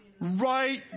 Right